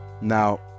Now